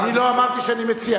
אני לא אמרתי שאני מציע.